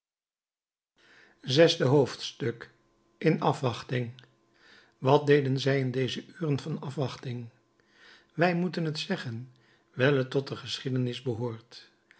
zesde hoofdstuk in afwachting wat deden zij in deze uren van afwachting wij moeten het zeggen wijl het tot de geschiedenis behoort